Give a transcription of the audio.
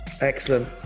excellent